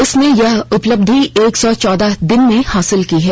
उसने यह उपलब्धि एक सौ चौदह दिन में हासिल की है